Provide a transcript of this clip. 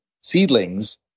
seedlings